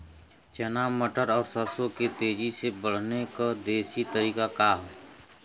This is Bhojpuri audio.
चना मटर और सरसों के तेजी से बढ़ने क देशी तरीका का ह?